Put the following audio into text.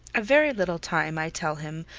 a very little time, i tell him,